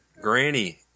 Granny